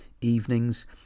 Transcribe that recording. evenings